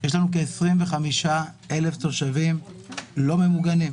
יש לנו כ-25,000 תושבים לא ממוגנים.